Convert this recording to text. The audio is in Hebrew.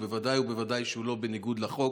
ובוודאי ובוודאי שהוא לא בניגוד לחוק.